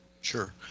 Sure